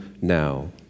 now